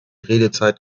redezeit